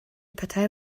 partei